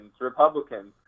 Republicans